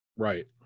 Right